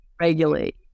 regulate